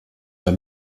der